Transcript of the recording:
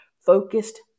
focused